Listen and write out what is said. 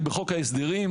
היא בחוק ההסדרים.